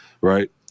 Right